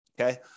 Okay